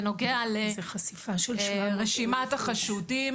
בנוגע לרשימת החשודים